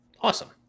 Awesome